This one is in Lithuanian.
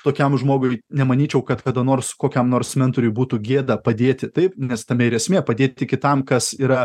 tokiam žmogui nemanyčiau kad kada nors kokiam nors mentoriui būtų gėda padėti taip nes tame ir esmė padėti kitam kas yra